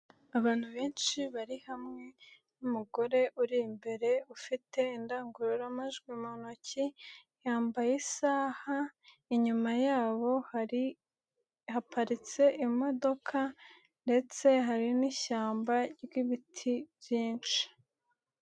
Abantu benshi bari hamwe n'umugore uri imbere ufite indangururamajwi mu ntoki, yambaye isaha, inyuma yabo hari haparitse imodoka ndetse hari n'ishyamba ry'ibiti byinshi.